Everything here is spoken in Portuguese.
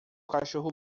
cachorro